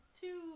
two